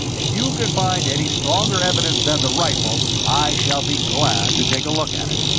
if you can find any stronger evidence than the rifle, i shall be glad to take a look at it.